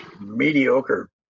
mediocre